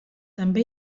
també